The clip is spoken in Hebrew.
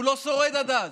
הוא לא שורד עד אז.